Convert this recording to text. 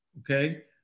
Okay